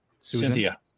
Cynthia